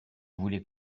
voulez